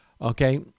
Okay